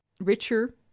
richer